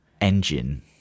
engine